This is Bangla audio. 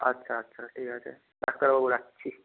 আচ্ছা আচ্ছা ঠিক আছে ডাক্তারবাবু রাখছি